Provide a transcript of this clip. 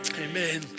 amen